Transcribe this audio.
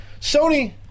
Sony